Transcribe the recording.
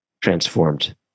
transformed